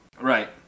Right